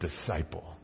disciple